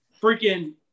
freaking